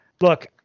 Look